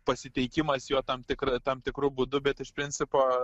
pasiteikimas jo tam tikra tam tikru būdu bet iš principo